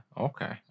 Okay